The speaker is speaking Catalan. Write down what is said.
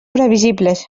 previsibles